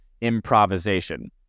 improvisation